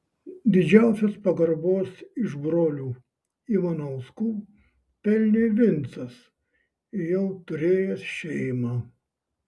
didžiausios pagarbos iš brolių ivanauskų pelnė vincas jau turėjęs šeimą